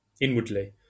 inwardly